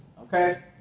Okay